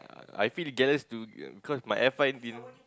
I feel jealous to because my F_I didn't